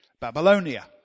Babylonia